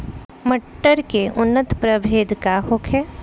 मटर के उन्नत प्रभेद का होखे?